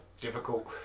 difficult